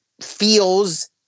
feels